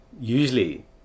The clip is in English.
usually